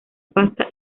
pasta